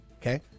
Okay